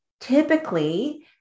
typically